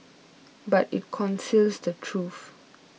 but it conceals the truth